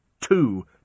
two